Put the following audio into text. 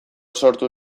sortu